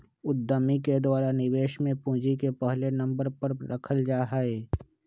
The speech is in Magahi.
उद्यमि के द्वारा निवेश में पूंजी के पहले नम्बर पर रखल जा हई